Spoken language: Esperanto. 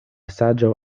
saĝo